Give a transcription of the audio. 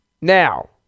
Now